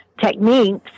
techniques